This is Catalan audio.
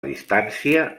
distància